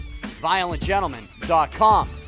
Violentgentleman.com